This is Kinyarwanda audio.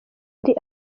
ari